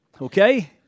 okay